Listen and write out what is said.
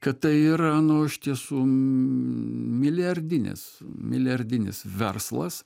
kad tai yra nu iš tiesų milijardinis milijardinis verslas